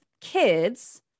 kids